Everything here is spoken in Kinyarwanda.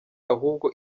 ahubwo